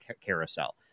carousel